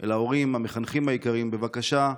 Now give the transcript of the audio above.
אל ההורים והמחנכים היקרים: בבקשה,